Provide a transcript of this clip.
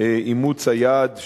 אימוץ היעד,